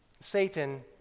Satan